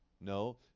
No